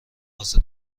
واسه